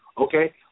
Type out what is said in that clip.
Okay